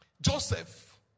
Joseph